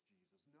Jesus